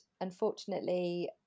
unfortunately